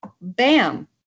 bam